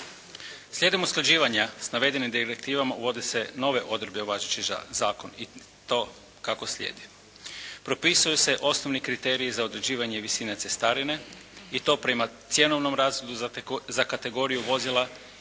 Slijedom usklađivanja s navedenim direktivama uvode se nove odredbe u važeći zakon i to kako slijedi. Propisuju se osnovni kriteriji za određivanje visine cestarine i to prema cjenovnom razredu za kategoriju vozila